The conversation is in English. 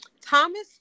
Thomas